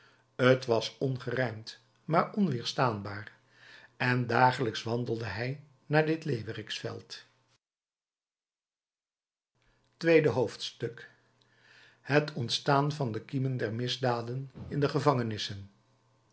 t was ongerijmd maar onweerstaanbaar en dagelijks wandelde hij naar dit leeuweriksveld tweede hoofdstuk het ontstaan van de kiemen der misdaden in de gevangenissen